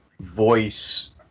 voice